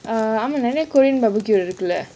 err ஆம்மா நெறய:aaama neraya korean barbecue இருக்குல்ல:irukkula